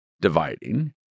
dividing